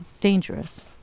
dangerous